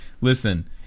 listen